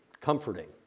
comforting